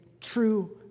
true